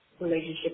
relationship